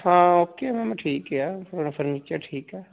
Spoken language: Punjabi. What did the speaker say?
ਹਾਂ ਓਕੇ ਮੈਮ ਠੀਕ ਆ ਥੋੜ੍ਹਾ ਫਰਨੀਚਰ ਠੀਕ ਹੈ